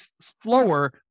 slower